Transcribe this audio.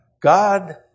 God